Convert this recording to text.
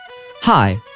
Hi